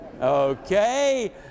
Okay